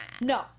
No